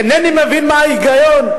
אינני מבין מה ההיגיון,